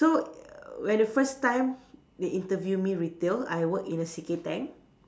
so when the first time they interview me retail I work in the C K Tang